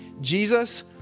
Jesus